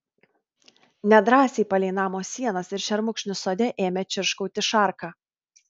nedrąsiai palei namo sienas ir šermukšnius sode ėmė čirškauti šarka